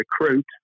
recruit